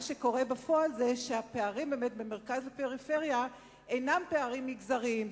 מה שקורה בפועל זה שבאמת הפערים בין המרכז לפריפריה אינם פערים מגזריים,